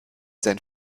sein